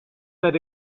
that